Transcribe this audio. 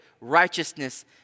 righteousness